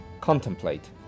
contemplate